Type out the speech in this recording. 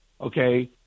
Okay